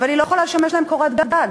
אבל היא לא יכולה לשמש להם קורת גג.